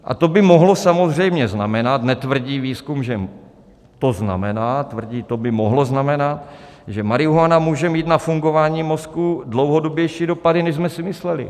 A to by mohlo samozřejmě znamenat netvrdí výzkum, že to znamená, tvrdí, že to by mohlo znamenat že marihuana může mít na fungování mozku dlouhodobější dopady, než jsme si mysleli.